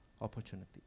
opportunity